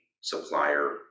supplier